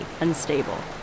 unstable